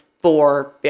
four